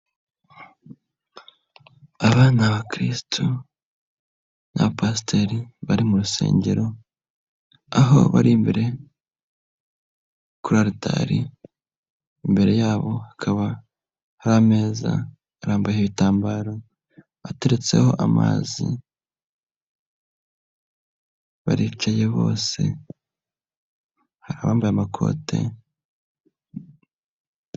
Aba ni abakirisitu n'aba pasiteri bari mu rusengero, aho bari imbere kuri aritari imbere yabo hakaba hari ameza arambuye ibitambaro ateretseho amazi, baricaye bose hari abambaye amakote.